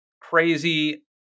crazy